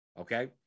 Okay